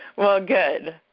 well, good.